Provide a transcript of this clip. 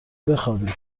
بخوابی